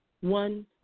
one